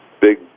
big